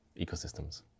ecosystems